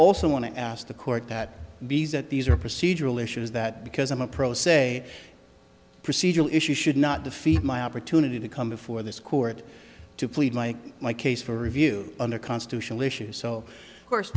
also want to ask the court that bs that these are procedural issues that because i'm a pro se procedural issues should not defeat my opportunity to come before this court to plead like my case for review under constitutional issues so course